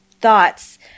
thoughts